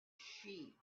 sheep